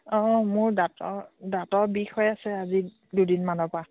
অঁ মোৰ দাঁতৰ দাঁতৰ বিষ হৈ আছে আজি দুদিনমানৰ পৰা